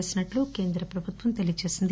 పేసినట్టు కేంద్ర ప్రభుత్వం తెలిపింది